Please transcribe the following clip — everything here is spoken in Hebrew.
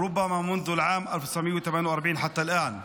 אולי מאז שנת 1948 ועד היום.